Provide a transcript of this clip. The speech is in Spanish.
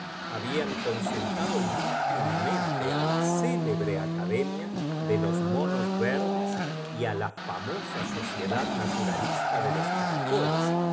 habían consultado inútilmente á la célobro acudomia de los monos verdes y á la famosa sociedad naturalista de los caracoles